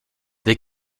they